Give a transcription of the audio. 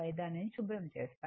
దానిని శుభ్రం చేస్తాను